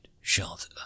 shelter